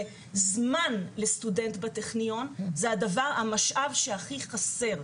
וזמן לסטודנט בטכניון זה המשאב שהכי חסר.